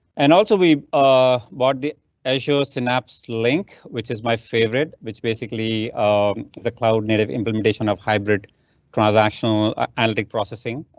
and also we ah bought the azure synapse link, which is my favorite which basically um the cloud native implementation of hybrid transactional analytic processing.